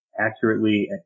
accurately